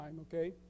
Okay